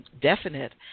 definite